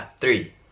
Three